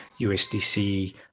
usdc